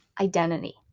identity